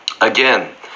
Again